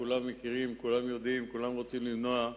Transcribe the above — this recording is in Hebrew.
כולם מכירים, כולם יודעים, כולם רוצים למנוע.